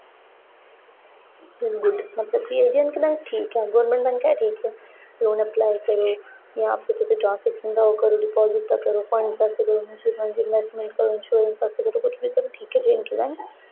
is good मतलब कि J and K bank ठीक ऐ गौरमेंट बैंक ऐ ठीक ऐ लोन अप्लाई करो जां फिर तुस ट्रांसजेक्शन दा ओह् करो डिपॉजिट करो रिफंड आस्तै करो म्यूचुअल फंड इंवेस्टमेंट करो इंश्योरेंस आस्तै करो ठीक जे एंड के बैंक